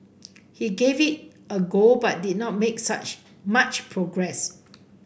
he gave it a go but did not make such much progress